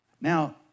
Now